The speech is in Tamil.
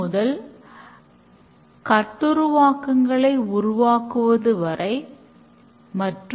முதலில் குறுகிய கால திட்டங்கள் மட்டுமே செய்யப்படுகின்றன